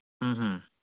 ꯎꯝꯍꯨꯝ